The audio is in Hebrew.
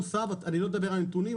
אני לא מדבר על הנתונים,